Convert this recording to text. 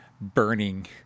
burning